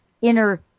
inner